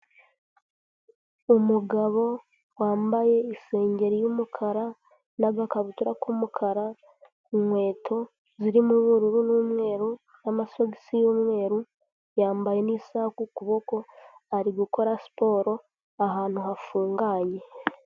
Umugabo wambaye isengeri y'umukara n'agakabutura k'umukara, inkweto zirimo ubururu n'umweru n'amagisi y'umweru, yambaye n'isaha ku kuboko, ari gukora siporo ahantu hafunganye.